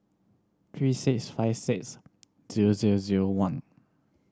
three six five six zero zero zero one